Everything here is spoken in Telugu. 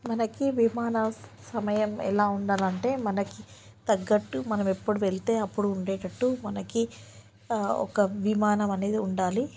మనకి విమాన సమయం ఎలా ఉండాలంటే మనకి తగ్గట్టు మనం ఎప్పుడు వెళ్తే అప్పుడు ఉండేటట్టు మనకి ఒక విమానం అనేది ఉండాలి